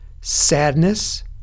sadness